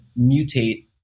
mutate